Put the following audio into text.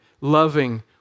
loving